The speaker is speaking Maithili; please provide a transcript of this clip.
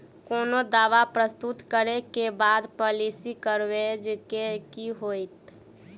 कोनो दावा प्रस्तुत करै केँ बाद पॉलिसी कवरेज केँ की होइत?